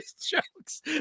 jokes